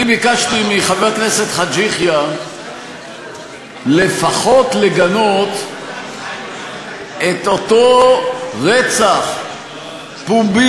אני ביקשתי מחבר הכנסת חאג' יחיא לפחות לגנות את אותו רצח פומבי,